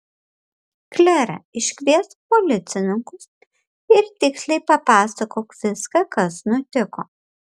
klere iškviesk policininkus ir tiksliai papasakok viską kas nutiko